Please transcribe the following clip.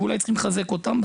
וצריך לחזק אותם.